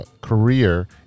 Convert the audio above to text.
career